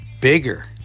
bigger